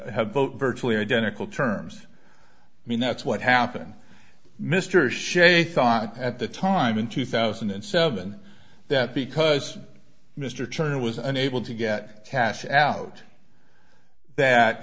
had boat virtually identical terms i mean that's what happened mr sze thought at the time in two thousand and seven that because mr turner was unable to get cash out that